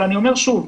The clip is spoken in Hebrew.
אבל אני אומר שוב: